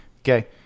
Okay